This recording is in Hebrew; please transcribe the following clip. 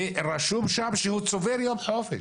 בנוסף, רשום שם שהוא צובר יום חופש